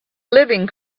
living